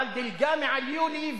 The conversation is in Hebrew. אבל דילגה מעל יולי,